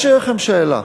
יש לי אליכם שאלה.